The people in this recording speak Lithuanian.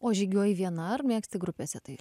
o žygiuoji viena ar mėgsti grupėse tai